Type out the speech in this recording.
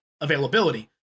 availability